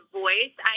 voice